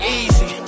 easy